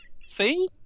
See